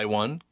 one